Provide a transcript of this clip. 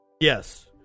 Yes